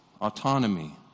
autonomy